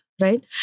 Right